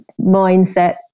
mindset